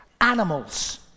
animals